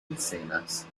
escenas